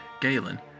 Galen